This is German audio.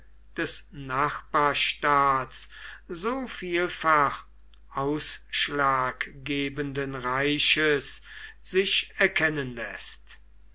des nachbarstaats so vielfach ausschlaggebenden reiches sich erkennen läßt